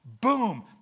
boom